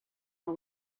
nhw